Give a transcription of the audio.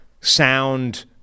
sound